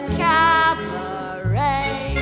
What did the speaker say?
cabaret